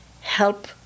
help